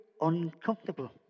Uncomfortable